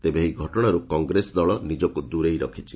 ତେବେ ଏହି ଘଟଣାରୁ କଂଗ୍ରେସ ଦଳ ନିଜକୁ ଦୂରେଇ ରଖିଛି